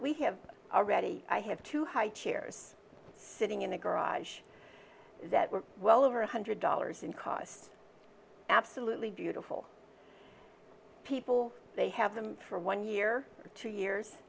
we have already i have two high chairs sitting in a garage that were well over one hundred dollars in cost absolutely beautiful people they have them for one year two years